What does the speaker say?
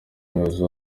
umuyobozi